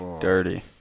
dirty